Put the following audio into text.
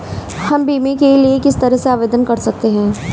हम बीमे के लिए किस तरह आवेदन कर सकते हैं?